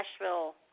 Nashville